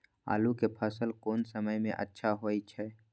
आलू के फसल कोन समय में अच्छा होय छै?